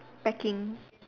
packing